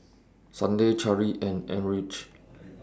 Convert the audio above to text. Sunday Cari and Enrique